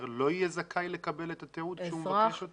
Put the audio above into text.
לא יהיה זכאי לקבל את התיעוד כשהוא מבקש אותו?